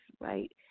right